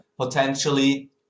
potentially